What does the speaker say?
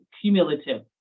cumulative